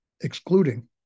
excluding